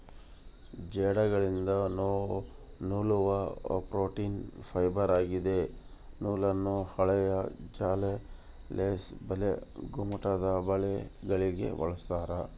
ಜೇಡಗಳಿಂದ ನೂಲುವ protein fibre ಆಗಿದೆ ನೂಲನ್ನು ಹಾಳೆಯ ಜಾಲ ಲೇಸ್ ಬಲೆ ಗುಮ್ಮಟದಬಲೆಗಳಿಗೆ ಬಳಸ್ತಾರ